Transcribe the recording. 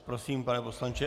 Prosím, pane poslanče.